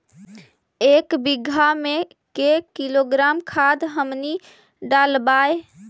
एक बीघा मे के किलोग्राम खाद हमनि डालबाय?